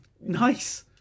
nice